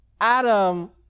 Adam